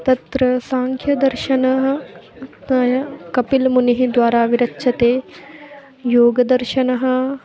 तत्र साङ्ख्यदर्शनः कपिलमुनिः द्वारा विरच्यते योगदर्शनः